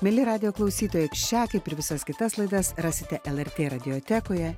mieli radijo klausytojai šią kaip ir visas kitas laidas rasite lrt radiotekoje